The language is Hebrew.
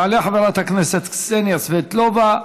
תעלה חברת הכנסת קסניה סבטלובה,